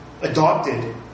adopted